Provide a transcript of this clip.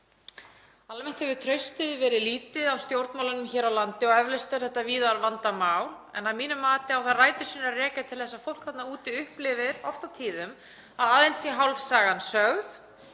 Almennt hefur traust hefur verið lítið á stjórnmálum hér á landi og eflaust er það víðar vandamál en að mínu mati á það rætur sínar að rekja til þess að fólk þarna úti upplifir oft á tíðum að aðeins sé hálf sagan sögð.